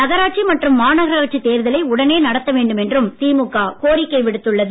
நகராட்சி மற்றும் மாநகராட்சி தேர்தலை உடனே நடத்த வேண்டும் என்றும் திமுக கோரிக்கை விடுத்துள்ளது